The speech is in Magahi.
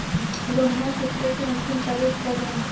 लोनमा चुकबे के अंतिम तारीख कब हय?